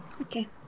Okay